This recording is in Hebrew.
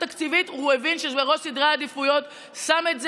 הוא הבין שזה בראש סדרי העדיפויות ושם את זה,